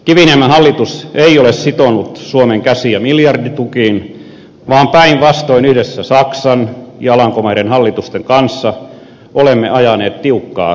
kiviniemen hallitus ei ole sitonut suomen käsiä miljarditukiin vaan päinvastoin yhdessä saksan ja alankomaiden hallitusten kanssa olemme ajaneet tiukkaa linjaa